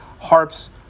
harps